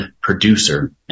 producer